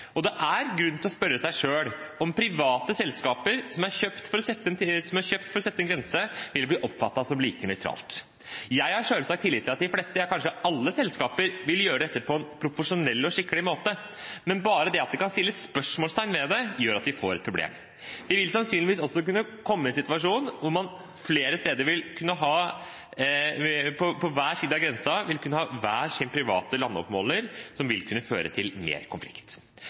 og det er grunn til å spørre seg selv om private selskaper som er kjøpt for å sette en grense, vil bli oppfattet som like nøytrale. Jeg har selvsagt tillit til at de fleste selskaper, ja kanskje alle, vil gjøre dette på en profesjonell og skikkelig måte. Men bare det at det kan settes spørsmålstegn ved det, gjør at vi får et problem. Vi vil sannsynligvis også kunne komme i en situasjon hvor man flere steder på hver side av grensen vil kunne ha hver sin private landoppmåler, som vil kunne føre til mer konflikt.